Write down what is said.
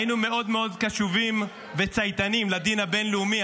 היינו מאוד מאוד קשובים וצייתנים לדין הבין-לאומי.